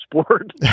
sport